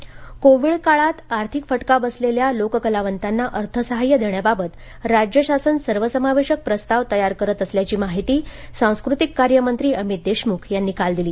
लोक कलावंत सहाय्य कोविड काळात आर्थिक फटका बसलेल्या लोक कलावंतांना अर्थसहाय्य देण्याबाबत राज्य शासन सर्वसमावेशक प्रस्ताव तयार करत असल्याची माहिती सांस्कृतिक कार्य मंत्री अमित देशमुख यांनी काल दिली